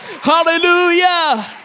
Hallelujah